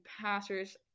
passers